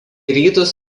rytus